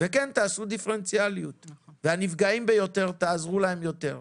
לשאוף לדיפרנציאליות ולעזור לקטנים ביותר.